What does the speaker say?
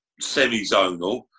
semi-zonal